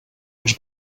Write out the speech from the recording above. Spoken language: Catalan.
els